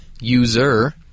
user